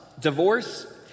Divorce